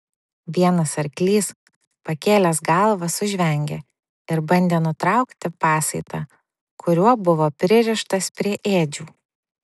vienas arklys pakėlęs galvą sužvengė ir bandė nutraukti pasaitą kuriuo buvo pririštas prie ėdžių